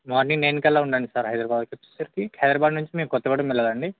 morning నైన్కల్లా ఉండండి sir హైదరాబాద్కిచ్చేసకి హైదరాబాద్ నుంచి మేం కొత్తగూడెం వెళ్ళాలండి